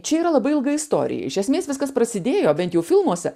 čia yra labai ilga istorija iš esmės viskas prasidėjo bent jau filmuose